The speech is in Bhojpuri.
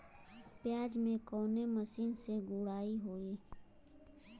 प्याज में कवने मशीन से गुड़ाई होई?